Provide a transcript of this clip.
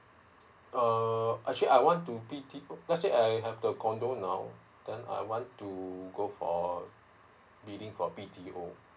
uh actually I want to let's say I have the condo now then I want to go for bidding for B T O